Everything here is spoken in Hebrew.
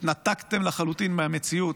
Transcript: התנתקתם לחלוטין מהמציאות.